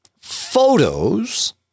photos